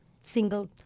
single